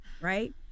right